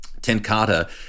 Tenkata